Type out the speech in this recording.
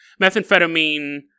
methamphetamine